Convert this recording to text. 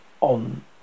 on